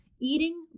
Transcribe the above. eating